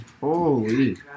Holy